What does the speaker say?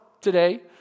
today